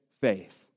faith